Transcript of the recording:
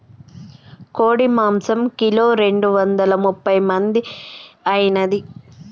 కోడి మాంసం కిలో రెండు వందల ముప్పై మంది ఐనాది